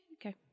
Okay